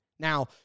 Now